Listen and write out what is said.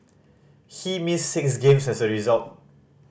he missed six games as a result